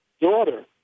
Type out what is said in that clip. daughter